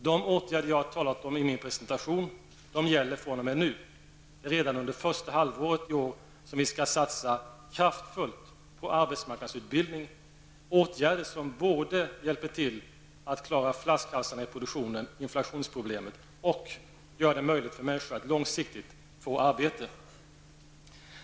De åtgärder som jag har talat om i min presentation gäller fr.o.m. nu, redan första halvåret i år skall vi satsa kraftfullt på arbetsmarknadsutbildning och sådana åtgärder som både hjälper till att klara flaskhalsarna i produktionen, inflationsproblemet och gör det möjligt för människorna att långsiktigt få arbete.